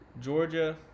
Georgia